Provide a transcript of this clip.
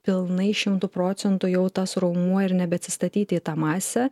pilnai šimtu procentų jau tas raumuo ir nebeatsistatyti į tą masę